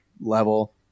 level